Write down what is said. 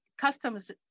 Customs